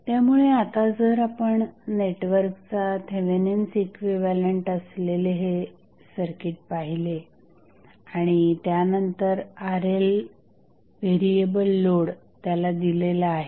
त्यामुळे आता जर आपण नेटवर्कचा थेवेनिन्स इक्विव्हॅलंट असलेले हे सर्किट पाहिले आणि त्यानंतर RL व्हेरिएबल लोड त्याला दिलेला आहे